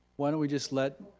why don't we just let,